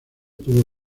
tuvo